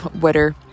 weather